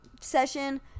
session